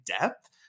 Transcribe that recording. depth